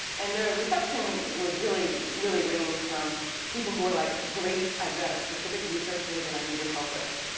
and the reception was really, really ranged from people who were, like, great, i've got a specific research need that i need your help with,